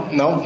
no